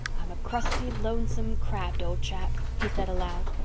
i'm a crusty, lonesome, crabbed old chap, he said aloud,